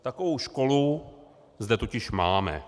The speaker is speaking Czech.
Takovou školu zde totiž máme.